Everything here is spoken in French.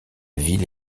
ville